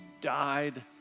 died